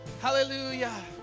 Hallelujah